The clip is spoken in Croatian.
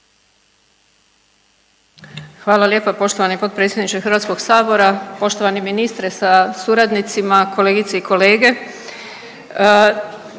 Hvala lijepo poštovani potpredsjedniče Hrvatskog sabora. Poštovani ministre sa suradnicom, kolegice i kolege,